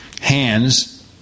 hands